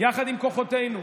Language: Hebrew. יחד עם כוחותינו.